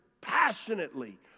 passionately